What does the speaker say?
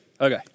Okay